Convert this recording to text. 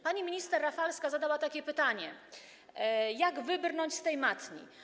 Pani minister Rafalska zadała takie pytanie: Jak wybrnąć z tej matni?